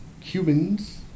Cubans